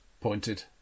pointed